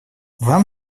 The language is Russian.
вам